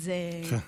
כן.